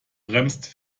bremst